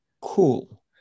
cool